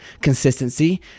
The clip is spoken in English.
consistency